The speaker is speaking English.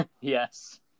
Yes